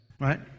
Right